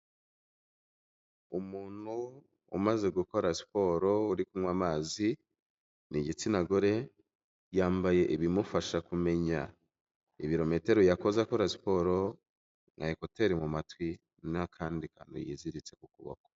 Umuntu umaze gukora siporo, uri kunywa amazi, ni igitsina gore, yambaye ibimufasha kumenya ibirometero yakoze akora siporo, na ekuteri mu matwi n'akandi kantu yiziritse ku kuboko.